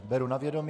Beru na vědomí.